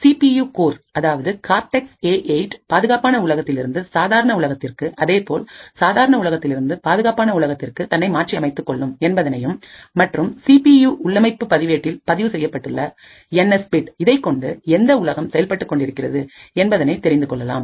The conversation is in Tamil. சி பி யூ கோர் அதாவது கார் டெக் ஏ 8 பாதுகாப்பான உலகத்திலிருந்து சாதாரண உலகத்திற்கும் அதேபோல் சாதாரண உலகத்திலிருந்து பாதுகாப்பான உலகத்திற்கும் தன்னை மாற்றியமைத்துக் கொள்ளும் என்பதையும் மற்றும் சி பி யூ உள்ளமைப்பு பதிவேட்டில் பதிவு செய்யப்பட்டுள்ள என் எஸ் பிட் இதைக்கொண்டு எந்த உலகம் செயல்பட்டுக் கொண்டிருக்கின்றது என்பதை தெரிந்து கொள்ளலாம்